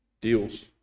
deals